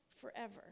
forever